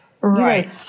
Right